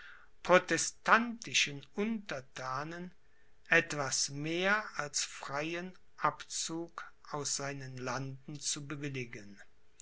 protestantischen unterthanen etwas mehr als freien abzug aus seinen landen zu bewilligen